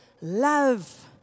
love